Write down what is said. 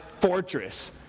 fortress